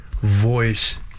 voice